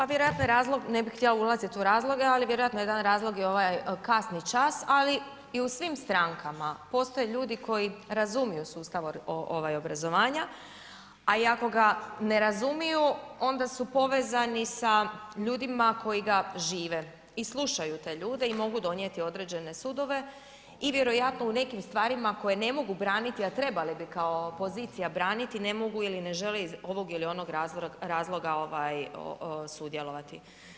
Pa vjerojatno je razlog, ne bih htjela ulazit u razloge, al vjerojatno je jedan razlog i ovaj kasni čas, ali i u svim strankama postoje ljudi koji razumiju sustav ovaj obrazovanja, a i ako ga ne razumiju onda su povezani sa ljudima koji ga žive i slušaju te ljude i mogu donijeti određene sudove i vjerojatno u nekim stvarima koje ne mogu braniti, a trebali bi kao opozicija braniti, ne mogu ili ne žele iz ovog ili onog razloga ovaj sudjelovati.